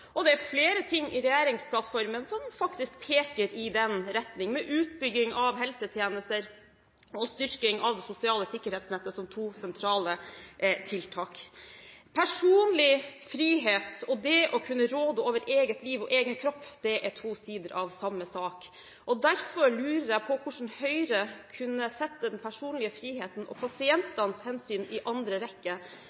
og det er flere ting i regjeringsplattformen som faktisk peker i den retning, med utbygging av helsetjenester og styrking av det sosiale sikkerhetsnettet som to sentrale tiltak. Personlig frihet og det å kunne råde over eget liv og egen kropp er to sider av samme sak. Derfor lurer jeg på hvordan Høyre kunne sette den personlige friheten og